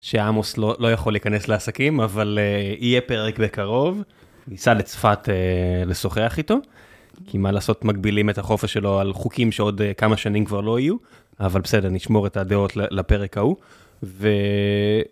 שעמוס לא יכול להיכנס לעסקים, אבל יהיה פרק בקרוב. ניסה לצפת לשוחח איתו. כי מה לעשות, מגבילים את החופש שלו על חוקים שעוד כמה שנים כבר לא יהיו. אבל בסדר, נשמור את הדעות לפרק ההוא.